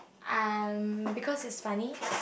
um because it's funny